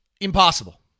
impossible